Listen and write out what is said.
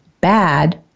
bad